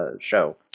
show